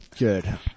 Good